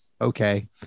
okay